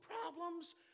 problems